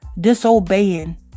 disobeying